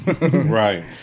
Right